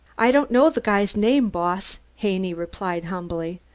i don't know the guy's name, boss, haney replied humbly.